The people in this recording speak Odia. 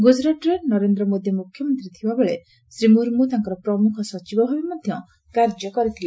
ଗୁଜରାଟରେ ନରେନ୍ଦ୍ର ମୋଦି ମୁଖ୍ୟମନ୍ତୀ ଥିବାବେଳେ ଶ୍ରୀ ମୁର୍ମୁ ତାଙ୍କର ପ୍ରମୁଖ ସଚିବ ଭାବେ ମଧ୍ୟ କାର୍ଯ୍ୟ କରିଥିଲେ